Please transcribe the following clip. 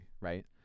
right